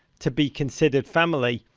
to be considered family.